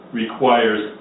requires